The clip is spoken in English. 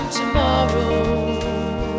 tomorrow